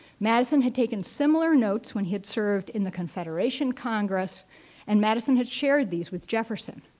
madison had taken similar notes when he had served in the confederation congress and madison had shared these with jefferson.